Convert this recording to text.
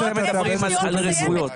ואתם מדברים על זכויות.